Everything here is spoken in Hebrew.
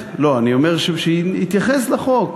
אני תמכתי.